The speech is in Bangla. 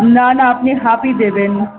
না না আপনি হাফই দেবেন